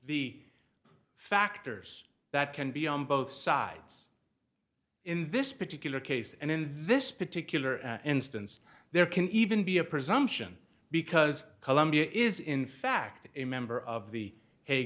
the factors that can be on both sides in this particular case and in this particular instance there can even be a presumption because colombia is in fact a member of the h